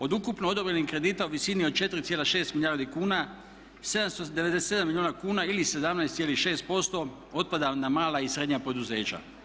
Od ukupno odobrenih kredita u visini od 4,6 milijardi kuna 797 milijuna kuna ili 17,6% otpada na mala i srednja poduzeća.